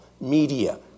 media